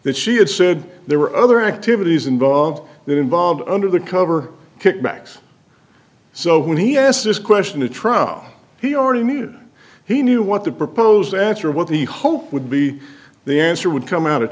that she had said there were other activities involved that involved under the cover kickbacks so when he asked this question the trauma he already knew he knew what the proposed answer what he hoped would be the answer would come out